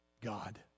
God